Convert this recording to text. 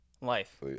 Life